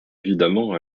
évidemment